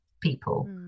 people